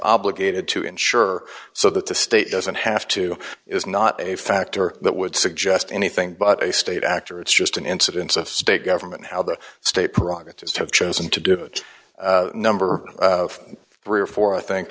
obligated to ensure so that the state doesn't have to is not a factor that would suggest anything but a state actor it's just an incidence of state government how the state provinces have chosen to do a number of three or four i think